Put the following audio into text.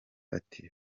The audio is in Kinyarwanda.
ati